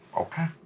Okay